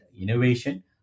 innovation